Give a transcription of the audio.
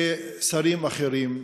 וגם שרים אחרים,